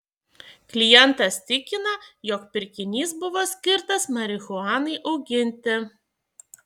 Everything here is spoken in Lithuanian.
klientas tikina jog pirkinys buvo skirtas marihuanai auginti